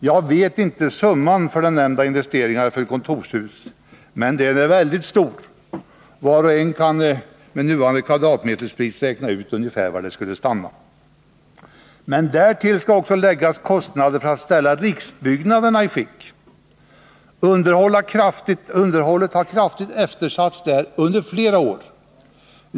Jag vet inte summan för den nämnda investeringen för ett kontorshus, men den är mycket stor. Var och en kan med nuvarande kvadratmeterspris räkna ut ungefär var kostnaden skulle stanna. Men därtill skall läggas kostnader för att ställa riksbyggnaderna i skick. Underhållet där har kraftigt eftersatts under flera år.